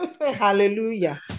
hallelujah